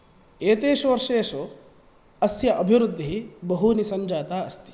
एतेषु वर्षेषु अस्य अभिवृद्धिः बहूनि सञ्जाता अस्ति